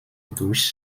durch